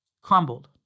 crumbled